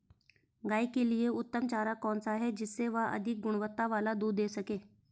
गाय के लिए उत्तम चारा कौन सा है जिससे वह अधिक गुणवत्ता वाला दूध दें सके?